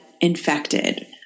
infected